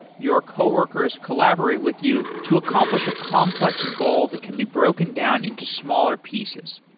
your coworkers collaborate with you to accomplish a complex goal that can be broken down into smaller pieces.